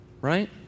right